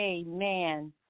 Amen